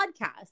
podcast